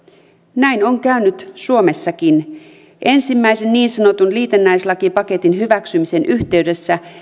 näin on käynyt suomessakin ensimmäisen niin sanotun liitännäislakipaketin hyväksymisen yhteydessä